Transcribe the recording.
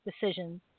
decisions